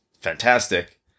fantastic